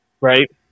Right